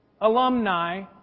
alumni